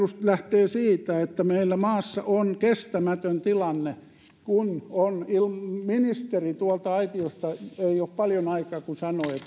lähtee siitä että meillä maassa on kestämätön tilanne ei ole paljon aikaa siitä kun ministeri tuolta aitiosta näin sanoi kun